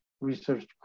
research